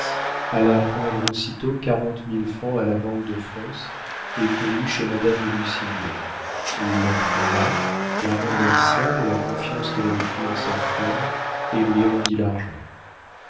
alla prendre aussitôt quarante mille francs à la banque de france et courut chez madame de nucingen il la trouva la remercia de la confiance qu'elle avait eue en sa femme et lui rendit l'argent